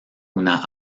una